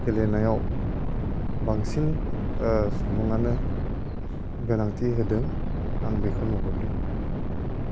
गेलेनायाव बांसिन सुबुंआनो गोनांथि होदों आं बेखौ नुहरदों